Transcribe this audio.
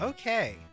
Okay